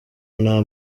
nta